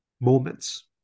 moments